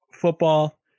football